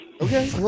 Okay